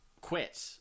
quit